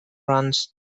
runs